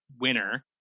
winner